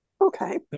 Okay